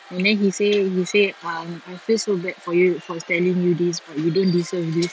and then he say he say um I feel so bad for you for telling you this but you don't deserve this